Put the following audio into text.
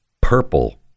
purple